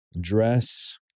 Dress